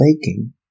baking